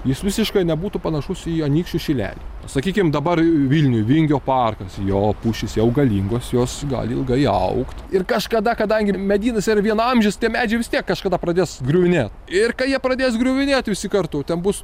jis visiškai nebūtų panašus į anykščių šilelį sakykim dabar vilniuj vingio parkas jo pušys jau galingos jos gali ilgai augt ir kažkada kadangi medynas yra vienaamžis tie medžiai vis tiek kažkada pradės griuvinėt ir kai jie pradės griuvinėti visi kartu ten bus